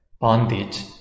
bondage